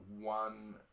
one